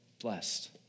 blessed